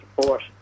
Support